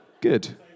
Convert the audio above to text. Good